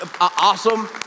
awesome